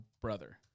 brother